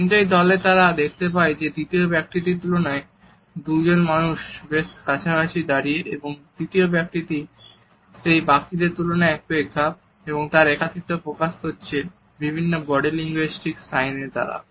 কিন্তু এই দলে আমরা দেখতে পাই যে তৃতীয় ব্যক্তিরটির তুলনায় দুজন মানুষ বেশ কাছাকাছি দাঁড়িয়ে এবং তৃতীয় ব্যাক্তিটি যে বাকিদের তুলনায় একটু একা তার একাকীত্ব প্রকাশ করছে বিভিন্ন বডি লিঙ্গুইস্টিক সাইন এর দ্বারা